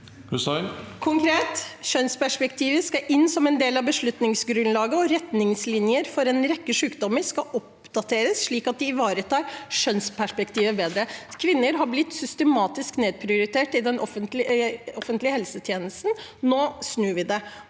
Konkret: Kjønn- sperspektivet skal inn som en del av beslutningsgrunnlaget, og retningslinjer for en rekke sykdommer skal oppdateres slik at de ivaretar kjønnsperspektivet bedre. Kvinner er blitt systematisk nedprioritert i den offentlige helsetjenesten. Nå snur vi det.